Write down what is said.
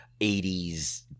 80s